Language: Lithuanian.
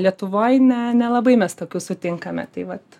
lietuvoj ne nelabai mes tokių sutinkame tai vat